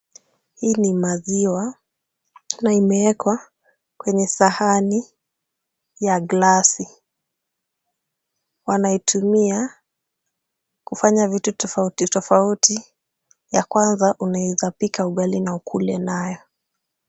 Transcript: Hii ni maziwa na imewekwa kwenye sahani ya glasi .Wanaitumia kufanya vitu tofauti tofauti, ya kwanza unaweza pika ugali na ukule nayo.